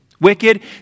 wicked